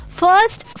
first